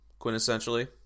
quintessentially